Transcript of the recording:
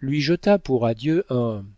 lui jeta pour adieux